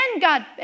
God